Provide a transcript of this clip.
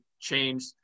change